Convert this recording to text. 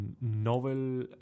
novel